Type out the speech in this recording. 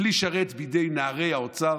כלי שרת בידי נערי האוצר,